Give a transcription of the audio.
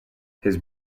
his